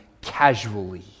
casually